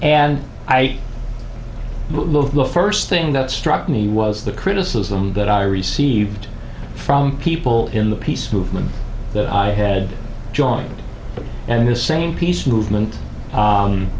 love the first thing that struck me was the criticism that i received from people in the peace movement that i had joined and a saying peace movement